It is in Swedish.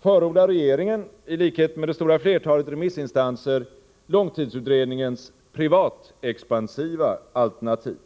förordar regeringen — i likhet med det stora flertalet remissinstanser — långtidsutredningens privatexpansiva alternativ.